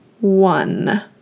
one